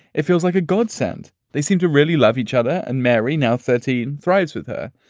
it feels like a godsend. they seem to really love each other. and mary, now thirteen, thrives with her.